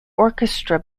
orchestra